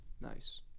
Nice